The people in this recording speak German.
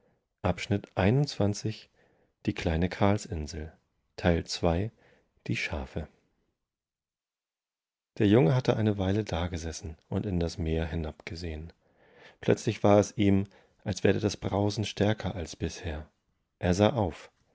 alssolltenhimmelunderdezusammenstürzen dieschafe der junge hatte eine weile dagesessen und in das meer hinabgesehen plötzlich war es ihm als werde das brausen stärker als bisher er sah auf